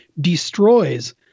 destroys